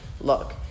look